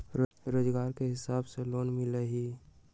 रोजगार के हिसाब से लोन मिलहई?